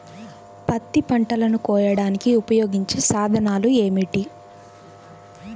పత్తి పంటలను కోయడానికి ఉపయోగించే సాధనాలు ఏమిటీ?